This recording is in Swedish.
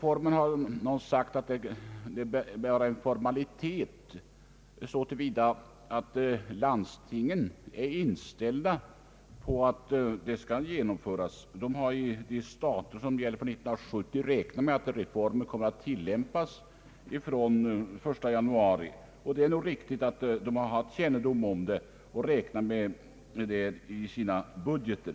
Någon har sagt att denna reform innebär en formalitet så till vida att landstingen är inställda på att den skall genomföras. De har i sina stater för år 1970 räknat med att reformen kommer att tillämpas fr.o.m. den 1 januari 1970. Det är nog riktigt att de har haft kännedom om det och har räknat med det i sina budgeter.